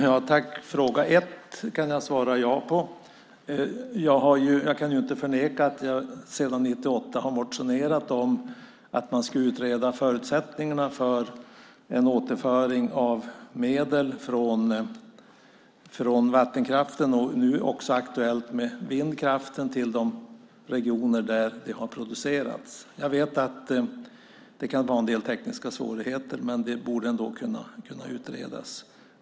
Herr talman! Fråga ett kan jag svara ja på. Jag kan inte förneka att jag sedan 1998 har motionerat om att man ska utreda förutsättningarna för en återföring av medel från vattenkraften, och nu också aktuellt med vindkraften, till de regioner som har producerat el. Jag vet att det kan vara en del tekniska svårigheter, men det borde ändå kunna utredas.